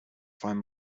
find